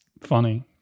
funny